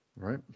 Right